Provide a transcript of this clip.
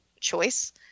choice